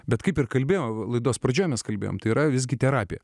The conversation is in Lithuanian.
bet kaip ir kalbėjome laidos pradžioje mes kalbėjome tai yra visgi terapija